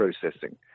processing